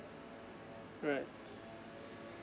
alright